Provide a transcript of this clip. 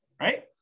right